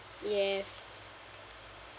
yes